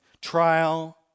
trial